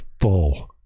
full